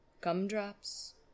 Gumdrops